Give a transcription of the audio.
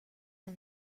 del